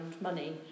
money